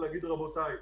להגיד: רבותיי,